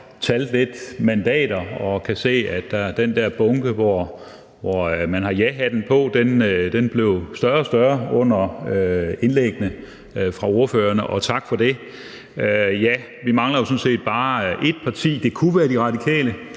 talte lidt mandater og kan se, at den der bunke, hvor man har jahatten på, blev større og større under indlæggene fra ordførerne, og tak for det. Ja, vi mangler sådan set bare ét parti – det kunne være De Radikale,